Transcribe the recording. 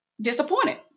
disappointed